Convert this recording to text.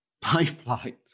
pipeline